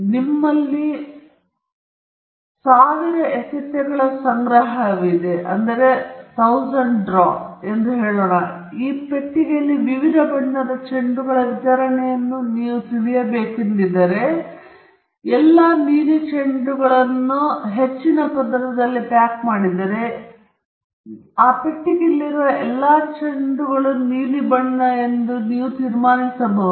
ನಿಮ್ಮಲ್ಲಿ 1000 ಎಸೆತಗಳ ಸಂಗ್ರಹವಿದೆ ಎಂದು ನಾವು ಹೇಳೋಣ ಮತ್ತು ಈ ಪೆಟ್ಟಿಗೆಯಲ್ಲಿ ವಿವಿಧ ಬಣ್ಣದ ಚೆಂಡುಗಳ ವಿತರಣೆಯನ್ನು ನೀವು ತಿಳಿಯಬೇಕೆಂದಿದ್ದರೆ ಮತ್ತು ಎಲ್ಲಾ ನೀಲಿ ಚೆಂಡುಗಳನ್ನು ಹೆಚ್ಚಿನ ಪದರದಲ್ಲಿ ಪ್ಯಾಕ್ ಮಾಡಿದ್ದರೆ ನೀಲಿ ಚೆಂಡುಗಳನ್ನು ಈ ಪೆಟ್ಟಿಗೆಯಲ್ಲಿರುವ ಎಲ್ಲಾ ಚೆಂಡುಗಳು ನೀಲಿ ಬಣ್ಣದಲ್ಲಿರುತ್ತವೆ ಎಂದು ನೀವು ತೀರ್ಮಾನಿಸಬಹುದು